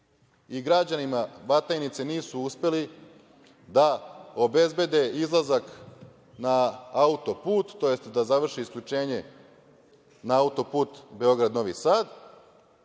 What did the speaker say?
i građanima Batajnice nisu uspeli da obezbede izlazak na auto-put, to jest da završe isključenje na auto-put Beograd – Novi Sad,